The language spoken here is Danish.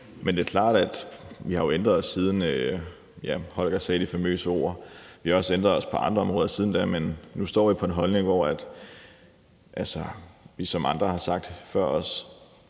Men det er klart, at vi har ændret os, siden Holger sagde de famøse ord. Vi har også ændret os på andre områder siden da, men nu står vi på en holdning, hvor vi, som andre har sagt på